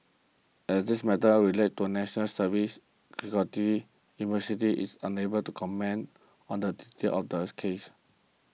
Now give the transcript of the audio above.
as this matter are relates to national university is unable to comment on the details of the case